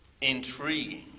Intriguing